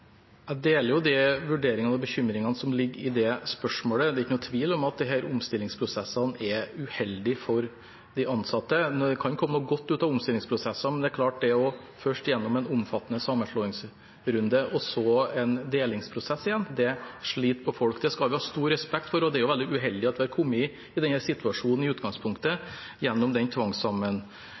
Jeg deler de vurderingene og bekymringene som ligger i det spørsmålet. Det ikke noen tvil om at disse omstillingsprosessene er uheldige for de ansatte. Det kan komme noe godt ut av omstillingsprosesser, men det er klart at det å først gå gjennom en omfattende sammenslåingsrunde og så ha en delingsprosess, sliter på folk. Det skal vi ha stor respekt for. Det er i utgangspunktet veldig uheldig at vi har kommet i denne situasjonen,